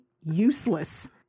useless